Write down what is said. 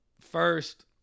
First